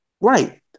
right